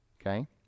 Okay